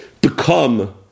become